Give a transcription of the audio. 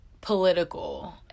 political